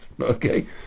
Okay